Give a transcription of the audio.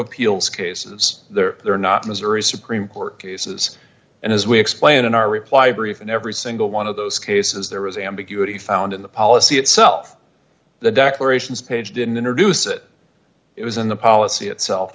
appeals cases there are not missouri supreme court cases and as we explained in our reply brief in every single one of those cases there was ambiguity found in the policy itself the declarations page didn't introduce it it was in the policy itself